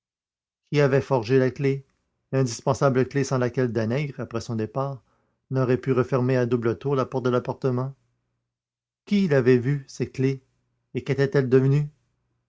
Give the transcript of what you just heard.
qui avait forgé la clef l'indispensable clef sans laquelle danègre après son départ n'aurait pu refermer à double tour la porte de l'appartement qui l'avait vue cette clef et quétait elle devenue